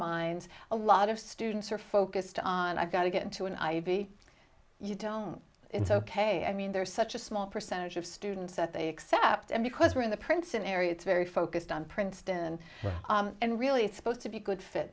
minds a lot of students are focused on i've got to get to an ivy you don't it's ok i mean there's such a small percentage of students that they accept and because we're in the princeton area it's very focused on princeton and really supposed to be a good fit